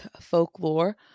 folklore